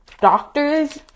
doctors